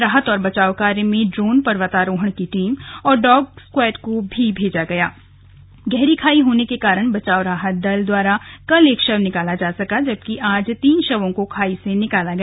राहत और बचाव कार्य में ड्रोन पर्वतारोहण की टीम और डॉग डॉग स्क्वाड को भी भेजा गया गहरी खाई होने के कारण बचाव राहत दल द्वारा कल एक शव निकला जा सका जबकि आज तीन शवों को खाई से निकाला गया